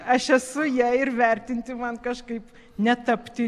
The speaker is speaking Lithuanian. aš esu ja ir vertinti man kažkaip netapti